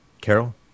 Carol